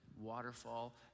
waterfall